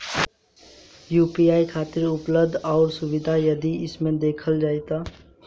UPI खातिर उपलब्ध आउर सुविधा आदि कइसे देखल जाइ?